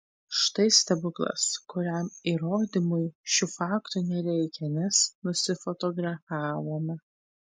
štai stebuklas kuriam įrodymui šių faktų nereikia nes nusifotografavome